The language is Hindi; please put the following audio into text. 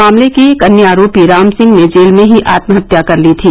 मामले के एक अन्य आरोपी राम सिंह ने जेल में ही आत्महत्या कर ली थी